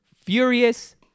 furious